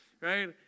right